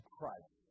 Christ